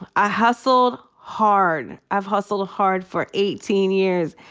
i hustled hard. i've hustled hard for eighteen years.